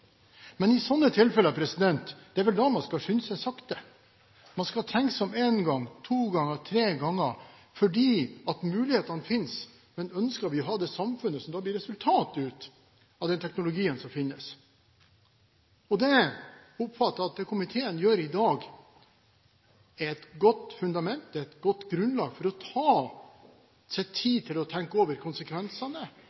Men det er vel i sånne tilfeller man skal skynde seg sakte. Man skal tenke seg om én gang, to ganger, tre ganger – for mulighetene finnes. Men ønsker vi å ha det samfunnet som da blir resultatet av en slik teknologi? Det jeg oppfatter at komiteen gjør i dag, er et godt fundament og et godt grunnlag for å ta seg